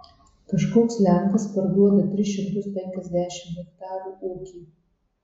kažkoks lenkas parduoda tris šimtus penkiasdešimt hektarų ūkį